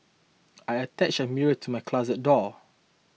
I attached a mirror to my closet door